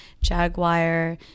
jaguar